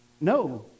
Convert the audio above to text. No